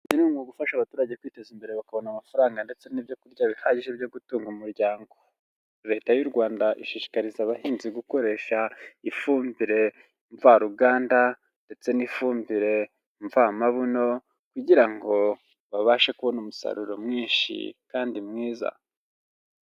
Mugufasha abaturage kwiteza imbere babona amafaranga ndetse n'ibyo kurya bihagije byo gutunga umuryango leta y'u Rwanda ishishikariza abahinzi gukoresha ifumbire mvaruganda ndetse n'ifumbire mvamabuno kugira ngo babashe kubona umusaruro mwinshi kandi mwiza.